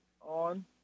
on